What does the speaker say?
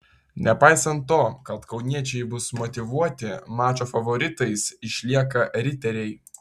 nepaisant to kad kauniečiai bus motyvuoti mačo favoritais išlieka riteriai